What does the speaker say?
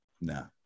No